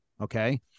Okay